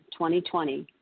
2020